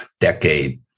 decade